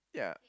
yeah